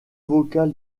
vocale